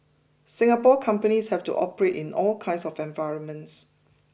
Singapore companies have to operate in all kinds of environments